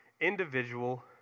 individual